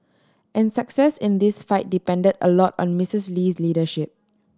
and success in this fight depended a lot on Misses Lee's leadership